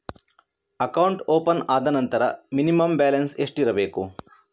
Account open ಆದ ನಂತರ minimum balance ಎಷ್ಟಿರಬೇಕು?